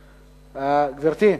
גברתי?